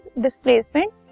displacement